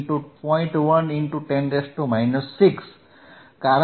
110 6 કારણ કે તે માઇક્રો ફેરાડે છે